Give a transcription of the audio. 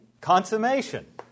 consummation